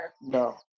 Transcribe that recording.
No